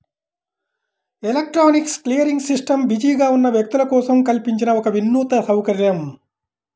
electronic clearing system బిజీగా ఉన్న వ్యక్తుల కోసం కల్పించిన ఒక వినూత్న సౌకర్యం